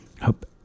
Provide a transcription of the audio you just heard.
hope